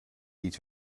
each